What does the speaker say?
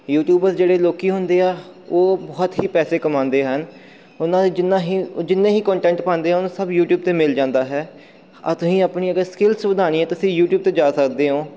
YouTuber ਜਿਹੜੇ ਲੋਕ ਹੁੰਦੇ ਆ ਉਹ ਬਹੁਤ ਹੀ ਪੈਸੇ ਕਮਾਉਂਦੇ ਹਨ ਉਹਨਾਂ ਦੇ ਜਿੰਨਾ ਹੀ ਜਿੰਨੇ ਹੀ ਕੰਟੈਂਟ ਪਾਉਂਦੇ ਆ ਉਹਨੂੰ ਸਭ ਯੂਟੀਊਬ 'ਤੇ ਮਿਲ ਜਾਂਦਾ ਹੈ ਆ ਤੁਸੀਂ ਆਪਣੀ ਅਗਰ ਸਕਿੱਲਸ ਵਧਾਉਣੀ ਹੈ ਤੁਸੀਂ ਯੂਟੀਊਬ ਤੇ ਜਾ ਸਕਦੇ ਹੋ